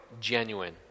genuine